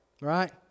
Right